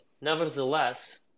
nevertheless